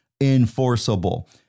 enforceable